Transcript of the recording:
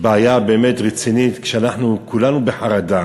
בעיה באמת רצינית ואנחנו כולנו בחרדה,